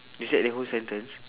is that the whole sentence